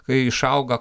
kai išauga